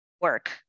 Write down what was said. work